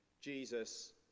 Jesus